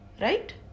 right